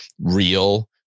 real